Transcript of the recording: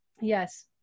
Yes